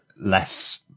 less